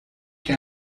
que